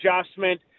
adjustment